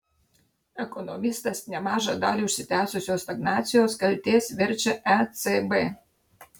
ekonomistas nemažą dalį užsitęsusios stagnacijos kaltės verčia ecb